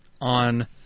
on